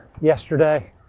yesterday